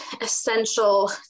essential